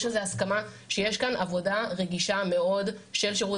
יש על זה הסכמה שיש כאן עבודה רגישה מאוד של שירות